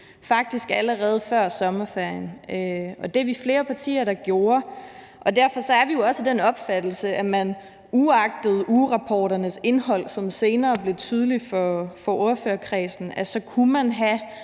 faktisk allerede før sommerferien, og det var vi flere partier der gjorde. Derfor er vi jo også af den opfattelse, at man uagtet ugerapporternes indhold, som senere blev tydeligt for ordførerkredsen, så kunne have